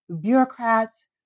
bureaucrats